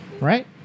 right